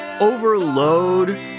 overload